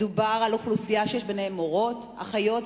מדובר על אוכלוסייה שיש ביניהן מורות, אחיות.